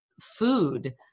food